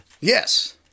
Yes